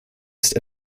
ist